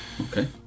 Okay